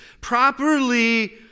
properly